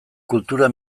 kultura